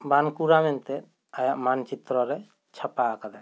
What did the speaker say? ᱵᱟᱸᱠᱩᱲᱟ ᱢᱮᱱᱛᱮ ᱟᱭᱟᱜ ᱢᱟᱱᱪᱤᱛᱨᱚ ᱨᱮ ᱪᱷᱟᱯᱟ ᱟᱠᱟᱫᱟ